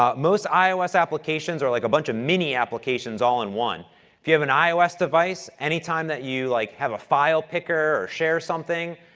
um most ios applications are like a bunch of mini applications all in one. if you have an ios device, any time you like have a file picker or share something,